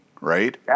Right